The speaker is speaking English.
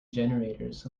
generators